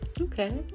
okay